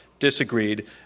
disagreed